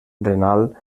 renal